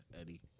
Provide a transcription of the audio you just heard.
Eddie